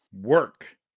work